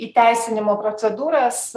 įteisinimo procedūras